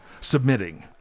submitting